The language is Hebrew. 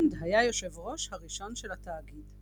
מונד היה יושב הראש הראשון של התאגיד.